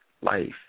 life